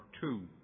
two